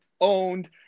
owned